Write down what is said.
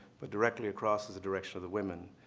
but directly across is the direction of the women.